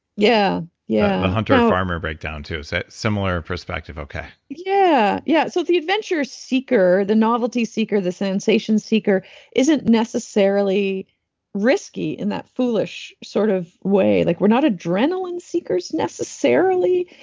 yeah. yeah. the hunter um farmer breakdown, too, is a similar perspective. okay. yeah. yeah. so the adventure seeker, the novelty seeker, the sensation seeker isn't necessarily risky in that foolish sort of way. like we're not adrenaline seekers necessarily.